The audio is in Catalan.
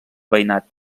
veïnat